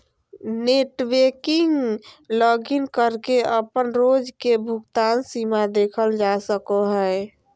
net banking login करके अपन रोज के भुगतान सीमा देखल जा सको हय